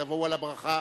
תבואו על הברכה,